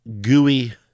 gooey